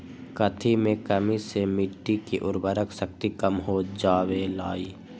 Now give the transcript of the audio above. कथी के कमी से मिट्टी के उर्वरक शक्ति कम हो जावेलाई?